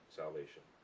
salvation